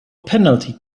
penalty